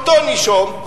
אותו נישום,